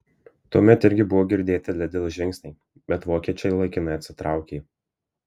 tuomet irgi buvo girdėti lidl žingsniai bet vokiečiai laikinai atsitraukė